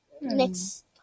Next